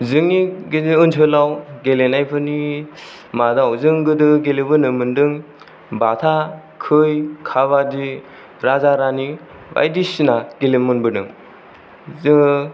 जोंनि गेजेर ओनसोलाव गेलेनायफोरनि मादाव जों गोदो गेलेबोनो मोन्दों बाथा खै खाबादि राजा रानि बायदिसिना गेलेनो मोनबोदों जोङो